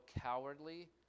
cowardly